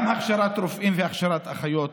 גם הכשרת רופאים והכשרת אחיות,